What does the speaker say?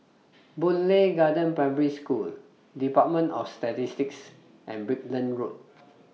Boon Lay Garden Primary School department of Statistics and Brickland Road